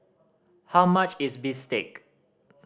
how much is bistake